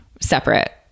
separate